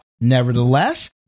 Nevertheless